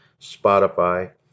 Spotify